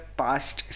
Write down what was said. past